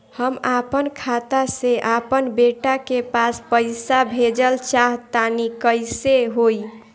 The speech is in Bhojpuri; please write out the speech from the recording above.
हम आपन खाता से आपन बेटा के पास पईसा भेजल चाह तानि कइसे होई?